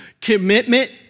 Commitment